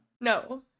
No